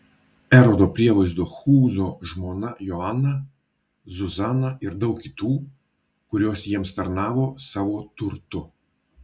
erodo prievaizdo chūzo žmona joana zuzana ir daug kitų kurios jiems tarnavo savo turtu